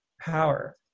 power